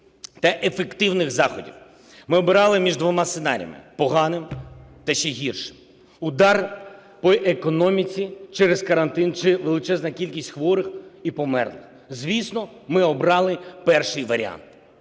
та ефективних заходів, ми обирали між двома сценаріями: поганим та ще гіршим - удар по економіці через карантин чи величезна кількість хворих і померлих. Звісно, ми обрали перший варіант.